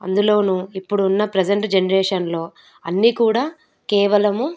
అందులోనూ ఇప్పుడున్న ప్రజెంట్ జనరేషన్లో అన్నీ కూడా కేవలం